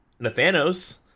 Nathanos